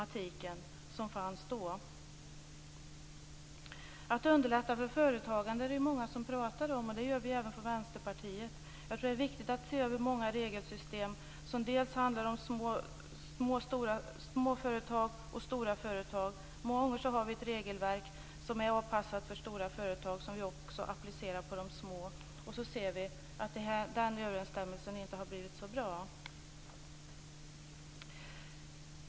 Det är många som talar om att underlätta för företagande. Det gör även vi i Vänsterpartiet. Det är viktigt att se över de många regelsystem som handlar om både små och stora företag. Många gånger är regelverket avpassat för stora företag men appliceras också på små företag. Vi ser att överensstämmelsen där inte har varit så bra.